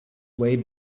way